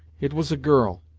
it was a girl,